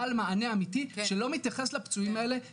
בעל מענה אמיתי שלא מתייחס לפצועים האלה